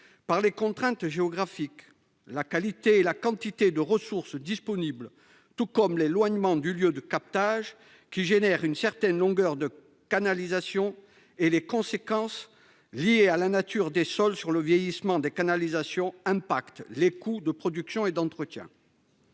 que des contraintes géographiques. En effet, la qualité et la quantité de ressources disponibles tout comme l'éloignement du lieu de captage, qui génère une certaine longueur de canalisations, et les conséquences liées à la nature des sols sur le vieillissement des canalisations ont un effet sur les coûts de production et d'entretien.